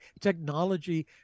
Technology